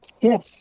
Yes